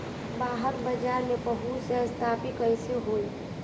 बाहर बाजार में पहुंच स्थापित कैसे होई?